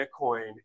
Bitcoin